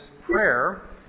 prayer